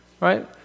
right